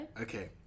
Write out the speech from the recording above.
Okay